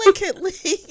delicately